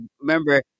remember